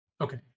Okay